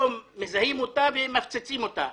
פתאום מזהים אותה ומפציצים אותה.